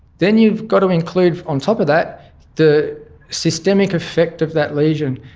then you've got to include on top of that the systemic effect of that lesion,